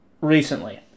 recently